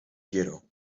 quiero